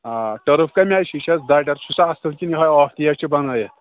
آ ٹٔرٕف کَمہِ آیہِ چھِ یہِ چھ چھُس اَصٕل کِنہٕ یِہے ٲختی چھِ بَنٲیِتھ